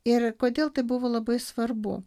ir kodėl tai buvo labai svarbu